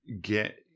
Get